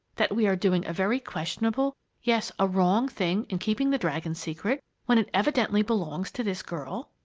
that we are doing a very questionable yes, a wrong thing in keeping the dragon's secret when it evidently belongs to this girl?